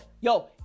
yo